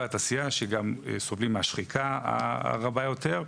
בליבת העשייה וגם סובלים מהשחיקה הרבה יותר.